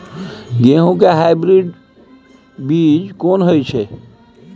गेहूं के हाइब्रिड बीज कोन होय है?